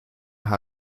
how